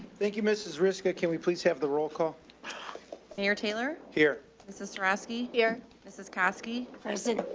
thank you mrs ryska. can we please have the roll call and mayor taylor here mrs sierawski here mrs koski present.